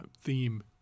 theme